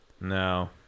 No